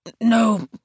No